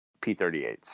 P-38s